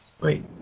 Wait